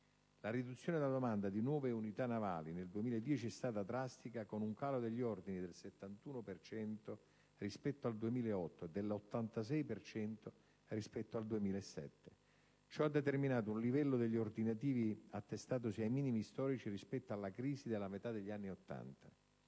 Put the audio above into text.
La riduzione della domanda di nuove unità navali nel 2010 è stata drastica, con un calo degli ordini del 71 per cento rispetto al 2008 e dell'86 per cento rispetto al 2007. Ciò ha determinato un livello degli ordinativi attestatosi ai minimi storici rispetto alla crisi della metà degli anni '80.